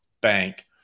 bank